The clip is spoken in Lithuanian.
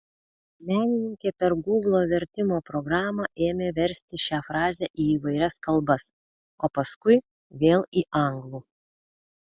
menininkė per gūglo vertimo programą ėmė versti šią frazę į įvairias kalbas o paskui vėl į anglų